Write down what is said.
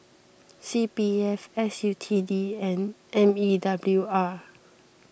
C P F S U T D and M E W R